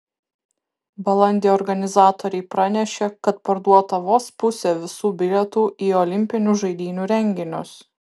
balandį organizatoriai pranešė kad parduota vos pusė visų bilietų į olimpinių žaidynių renginius